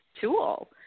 tool